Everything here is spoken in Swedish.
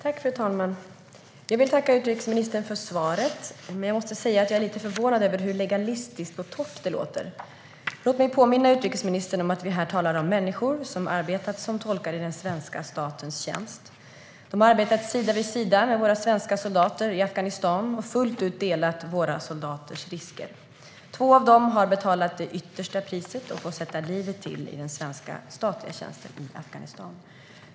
Fru talman! Jag tackar utrikesministern för svaret, men jag måste säga att jag är lite förvånad över hur legalistiskt och torrt det låter. Låt mig påminna utrikesministern om att vi här talar om människor som har arbetat som tolkar i svenska statens tjänst. De har arbetat sida vid sida med våra svenska soldater i Afghanistan och fullt ut delat våra soldaters risker. Två av dem har betalat det yttersta priset och fått sätta livet till i svenska statens tjänst i Afghanistan.